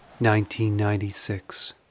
1996